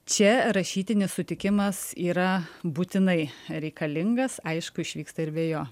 čia rašytinis sutikimas yra būtinai reikalingas aišku išvyksta ir be jo